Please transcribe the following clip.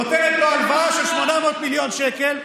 נותנת לו הלוואה של 800 מיליון שקל.